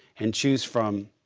and choose from.